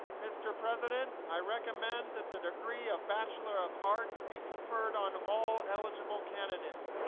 mr. president, i recommend that the degree of bachelor of arts be conferred on all eligible candidates.